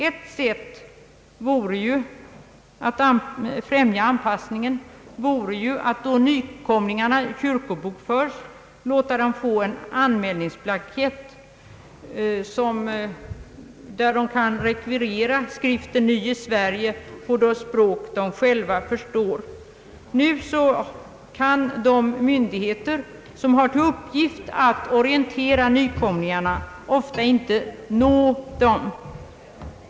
Ett sätt att främja anpassningen vore att då nykomlingarna kyrkobokföres låta dem få en anmälningsblankett, på vilken kan rekvireras skriften Ny i Sverige på det språk de själva förstår. Som fallet nu är kan de myndigheter som har till uppgift att orientera nykomlingarna ofta inte nå dem.